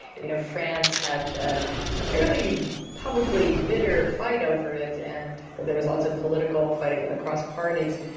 you know france had ah a fairly publicly bitter fight over it, and there was lots of political fighting across parties.